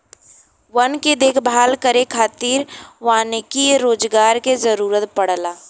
वन के देखभाल करे खातिर वानिकी रोजगार के जरुरत पड़ला